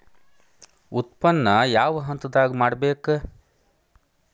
ಉತ್ಪನ್ನ ಯಾವ ಹಂತದಾಗ ಮಾಡ್ಬೇಕ್?